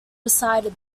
resided